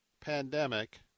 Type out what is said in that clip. pandemic